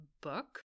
book